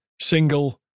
single